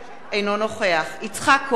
אינו נוכח יצחק כהן,